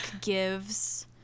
gives –